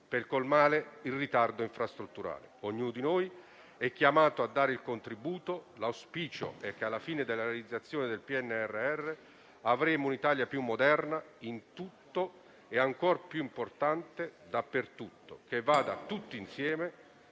per colmare il ritardo infrastrutturale. Ognuno di noi è chiamato a dare il proprio contributo. L'auspicio è che, alla fine della realizzazione del PNRR, avremo un'Italia più moderna in tutto e - cosa ancor più importante - dappertutto e che si vada tutti insieme